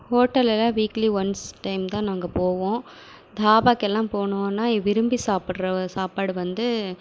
ஹோட்டலெல்லாம் weekly once time தான் நாங்கள் போவோம் தாபாக்கெல்லாம் போனோம்னா விரும்பி சாப்பிடுற சப்பாடு வந்து